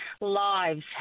lives